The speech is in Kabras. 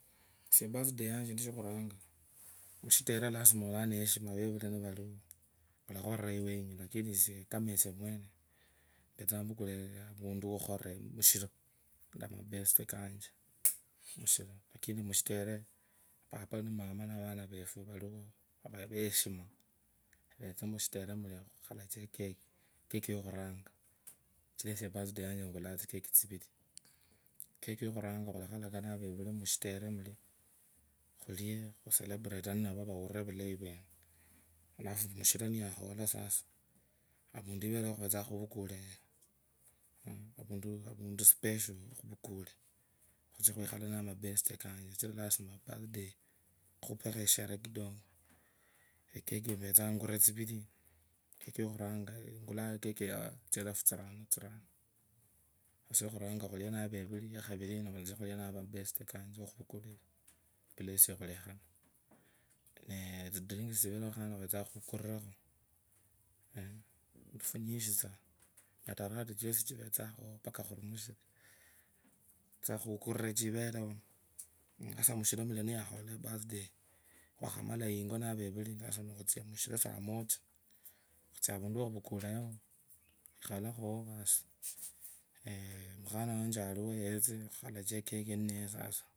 Esie ebisthday yanje shindu shokhwanga mushitere lazima okina heshima vevuri nivariwe olakhwira iwenye lakini kama esieomwene empetsanga nivukule avundu whokhurira mwiro namaposhete kanje mushiro lakini mushitera popani muma navawendaye vanje olaateshima kakhalache ekeka keki yokhuranga sichira esie ebirthday yanje engulanga tsikeki tsivirikeki yokhuranya sasa avundu ivereo khuventsanga khuvukulee avuntu special khukhalaka navevuri mwishitere alafu mushiro niyakhola sasa avandu ivereo khuventsanga khuvukhule e ovuntu special khuwkulee khutsie khwkhole namabeshte kanje khupakho esherehe kidogo. Neee tsi drink tsiverewo khuvenza khukurirakho vundu funyinji tsaa sasa mushiru milia nimwakhola mwebirthday nikhakhamwa yingo navevuli nikhutsa mushiro saa moja nikhutsia avundu wakhuvukule yao khukhala khowo vaasi nee, mukhana wanje chiwo yetse nekhukhalaka ekeki ninaye sasa.